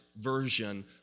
version